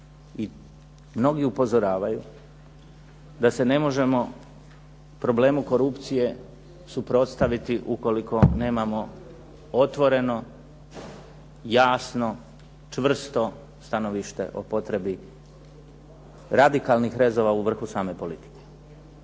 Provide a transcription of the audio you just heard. mnogi upozoravaju da se ne možemo problemu korupcije suprotstaviti ukoliko nemamo otvoreno, jasno, čvrsto stanovište o potrebi radikalnih rezova u vrhu same politike.